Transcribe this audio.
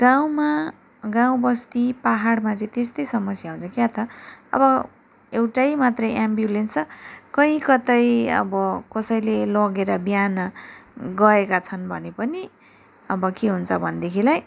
गाउँमा गाउँ बस्ती पाहाडमा चाहिँ त्यस्तै समस्या हुन्छ क्या ता अब एउटै मात्रै एम्ब्युलेन्स छ कहीँ कतै अब कसैले लगेर बिहान गएका छन् भने पनि अब के हुन्छ भनेदेखिलाई